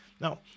Now